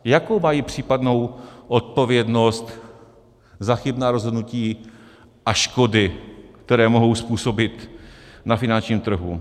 Jakou mají případnou odpovědnost za chybná rozhodnutí a škody, které mohou způsobit na finančním trhu?